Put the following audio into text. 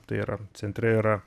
tai yra centre yra